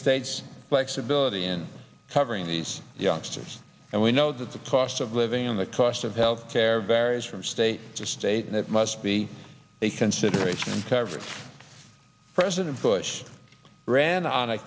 states flexibility in covering these youngsters and we know that the cost of living on the cost of health care varies from state to state and it must be a consideration in covering president bush ran on a